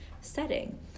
setting